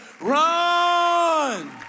run